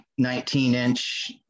19-inch